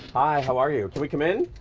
hi, how are you? can we come in?